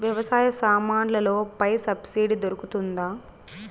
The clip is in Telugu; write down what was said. వ్యవసాయ సామాన్లలో పై సబ్సిడి దొరుకుతుందా?